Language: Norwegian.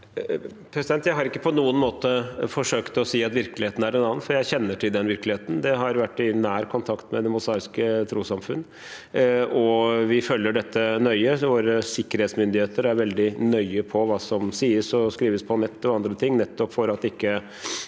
Jeg har ikke på noen måte forsøkt å si at virkeligheten er en annen, for jeg kjenner til den virkeligheten. Jeg har vært i nær kontakt med Det Mosaiske Trossamfund, og vi føl ger dette nøye. Våre sikkerhetsmyndigheter er veldig nøye på hva som sies og skrives på nettet og andre